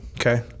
Okay